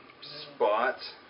spot